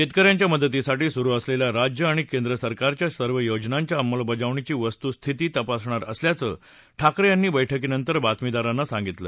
शेतकऱ्यांच्या मदतीसाठी सुरू असलेल्या राज्य आणि केंद्रसरकारच्या सर्व योजनांच्या अंमलबजावणीची वस्तुस्थिती तपासणार असल्याचं ठाकरे यांनी बैठकीनंतर बातमीदारांना सांगितलं